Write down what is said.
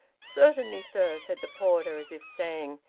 certainly, sir, said the porter, as if saying,